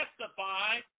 testify